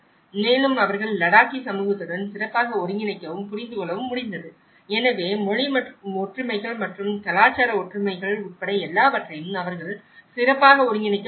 மேலும் அவர்கள் லடாக்கி சமூகத்துடன் சிறப்பாக ஒருங்கிணைக்கவும் புரிந்துகொள்ளவும் முடிந்தது எனவே மொழி ஒற்றுமைகள் மற்றும் கலாச்சார ஒற்றுமைகள் உட்பட எல்லாவற்றையும் அவர்கள் சிறப்பாக ஒருங்கிணைக்க முடிந்தது